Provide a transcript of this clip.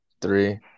Three